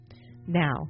Now